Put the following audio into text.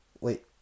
Wait